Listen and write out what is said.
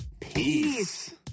Peace